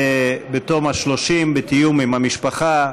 בתום השלושים, בתיאום עם המשפחה,